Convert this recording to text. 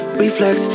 reflex